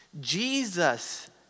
Jesus